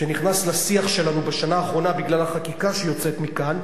שנכנס לשיח שלנו בשנה האחרונה בגלל החקיקה שיוצאת מכאן,